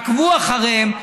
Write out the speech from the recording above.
עקבו אחריהם,